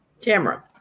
Tamara